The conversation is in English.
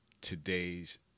today's